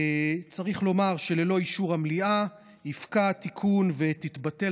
צריך לומר שללא אישור המליאה יפקע התיקון ותתבטל